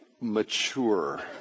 mature